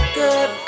good